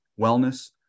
wellness